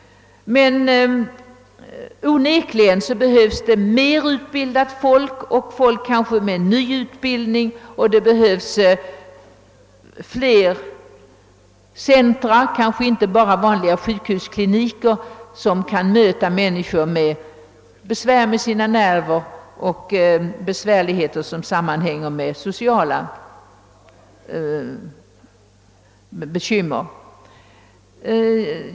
Onekligen behövs mer utbildat folk och folk med en ny typ av utbildning. Det är nödvändigt med fler centra — kanske inte bara vanliga sjukhuskliniker — som kan ta emot människor som har besvär med nerver och svårigheter som hänger samman med sociala bekymmer.